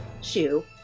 shoe